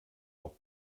auch